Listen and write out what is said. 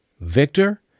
Victor